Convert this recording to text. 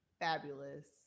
Fabulous